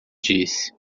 disse